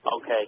Okay